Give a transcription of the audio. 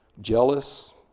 jealous